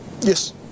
Yes